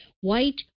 white